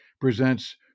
presents